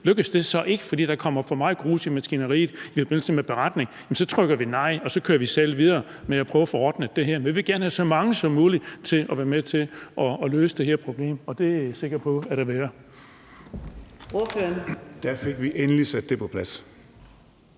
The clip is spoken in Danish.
lykkes det så ikke, fordi der kommer grus i maskineriet i forbindelse med beretningen, stemmer vi nej, og så kører vi selv videre og prøver at få ordnet det her. Men vi vil gerne have så mange som muligt til at være med til at se på at løse det her problem, og det er jeg sikker på at vi får. Kl. 14:13 Fjerde næstformand